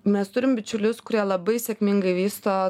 mes turim bičiulius kurie labai sėkmingai vysto